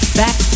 back